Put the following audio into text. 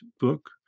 book